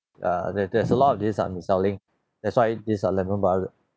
err there there's a lot of these uh mis selling that's why this uh lehman brother